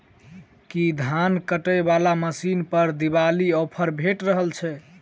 की धान काटय वला मशीन पर दिवाली ऑफर भेटि रहल छै?